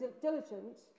diligent